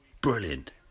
Brilliant